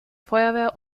feuerwehr